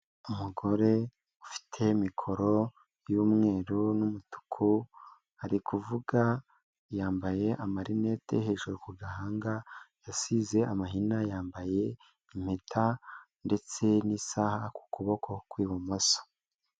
uUmugore ufite mikoro y'umweru n'umutuku, arikuvuga yambaye amarinete hejuru ku gahanga, yasize amahina, yambaye impeta ndetse n'isaha ku kuboko kw'ibumoso.